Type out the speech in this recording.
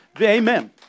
Amen